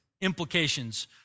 implications